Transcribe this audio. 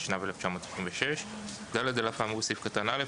התשנ"ו 1996. (ד)על אף האמור בסעיף קטן (א),